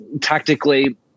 tactically